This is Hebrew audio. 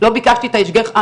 לא ביקשתי את השגחת